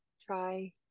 try